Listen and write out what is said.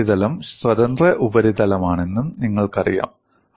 ഈ ഉപരിതലം സ്വതന്ത്ര ഉപരിതലമാണെന്നും നിങ്ങൾക്കറിയാം